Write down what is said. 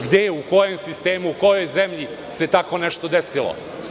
Gde, u kom sistemu, u kojoj zemlji se tako nešto desilo?